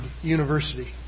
University